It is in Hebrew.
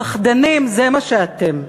פחדנים, זה מה שאתם.